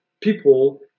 people